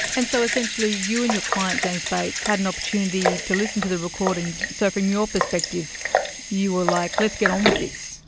and so essentially you and your client, james bates, had an opportunity to listen to the recordings, so from your perspective you were, like, let's get on with this.